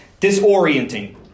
disorienting